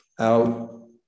out